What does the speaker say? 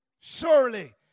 Surely